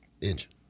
engine